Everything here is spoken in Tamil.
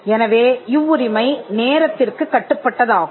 எனவே இவ்வுரிமை நேரத்திற்குக் கட்டுப்பட்டதாகும்